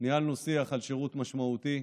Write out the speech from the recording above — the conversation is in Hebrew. ניהלנו שיח על שירות משמעותי,